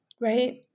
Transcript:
right